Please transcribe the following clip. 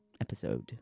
Episode